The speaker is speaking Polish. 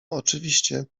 oczywiście